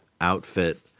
outfit